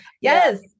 Yes